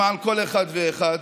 למען כל אחת ואחד,